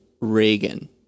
reagan